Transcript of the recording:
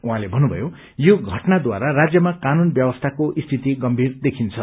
उहाँले भन्नुभयो यो घटनाद्वारा राज्यमा कानून व्यवस्थाको स्थित गम्भीर देखिन्छ